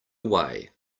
way